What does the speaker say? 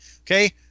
okay